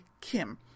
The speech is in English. Kim